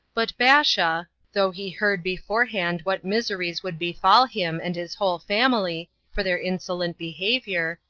but baasha, though he heard beforehand what miseries would befall him and his whole family for their insolent behavior,